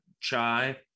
Chai